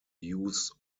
use